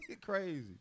crazy